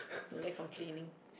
and then complaining